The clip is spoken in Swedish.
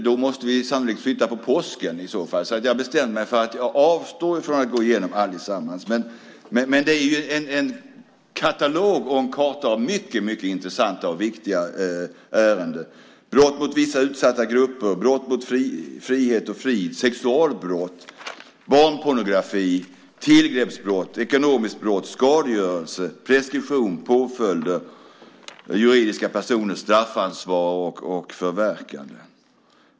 Då måste vi sannolikt flytta på påsken. Jag bestämde mig för att avstå från att gå igenom allesammans. Men det är en katalog och karta över mycket intressanta och viktiga ärenden såsom brott mot vissa utsatta grupper, brott mot frihet och frid, sexualbrott, barnpornografibrott, tillgreppsbrott, ekonomiska brott, skadegörelse, preskription, påföljder, juridiska personers straffansvar och förverkande.